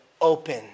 open